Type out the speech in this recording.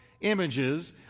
Images